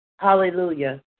Hallelujah